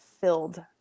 filled